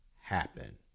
happen